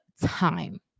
time